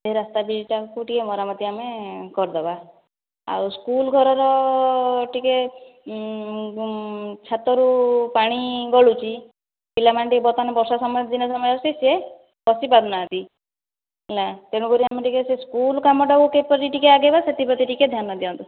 ସେହି ରାସ୍ତା ଦୁଇଟାକୁ ଟିକେ ମରାମତି ଆମେ କରିଦେବା ଆଉ ସ୍କୁଲ ଘରର ଟିକେ ଛାତରୁ ପାଣି ଗଳୁଛି ପିଲାମାନେ ଟିକେ ବର୍ତ୍ତମାନ ବର୍ଷା ସମୟରେ ଦିନ ସମୟ ଅଛି ସେ ବସି ପାରୁନାହାନ୍ତି ନା ତେଣୁକରି ଆମେ ଟିକେ ସେ ସ୍କୁଲ କାମଟାକୁ କିପରି ଟିକେ ଆଗେଇବା ସେଥିପ୍ରତି ଟିକେ ଧ୍ୟାନ ଦିଅନ୍ତୁ